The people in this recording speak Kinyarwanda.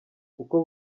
uko